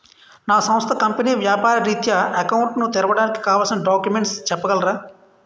నా సంస్థ కంపెనీ వ్యాపార రిత్య అకౌంట్ ను తెరవడానికి కావాల్సిన డాక్యుమెంట్స్ చెప్పగలరా?